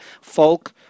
folk